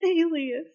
Alias